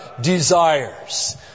desires